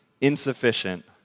insufficient